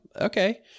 okay